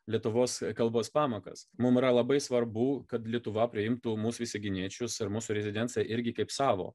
lietuvos kalbos pamokas mum yra labai svarbu kad lietuva priimtų mus visaginiečius ir mūsų rezidencija irgi kaip savo